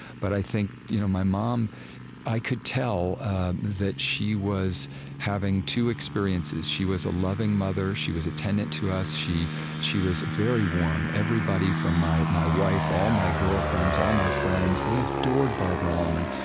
but i think you know my mom i could tell that she was having two experiences. she was a loving mother. she was attendant to us she she was very warm. everybody, from my my wife, all my girlfriends, all my friends they adored barbara um and